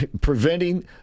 preventing